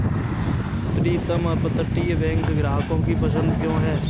प्रीतम अपतटीय बैंक ग्राहकों की पसंद क्यों है?